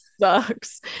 sucks